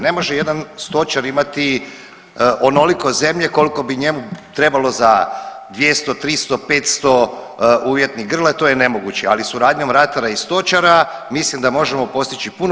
Ne može jedan stočar imati onoliko zemlje koliko bi njemu trebalo za 200, 300, 500 uvjetnih grla to je nemoguće, ali suradnjom ratara i stočara mislim da možemo postići puno.